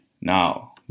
Now